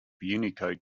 unicode